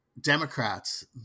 Democrats